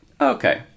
Okay